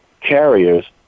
carriers